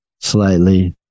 slightly